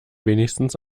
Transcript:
wenigstens